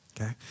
Okay